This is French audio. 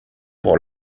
pour